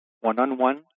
one-on-one